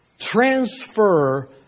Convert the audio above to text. transfer